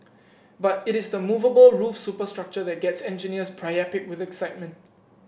but it is the movable roof superstructure that gets engineers priapic with excitement